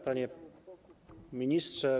Panie Ministrze!